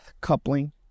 coupling